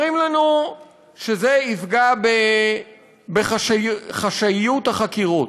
אומרים לנו שזה יפגע בחשאיות החקירות.